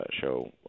show